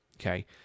Okay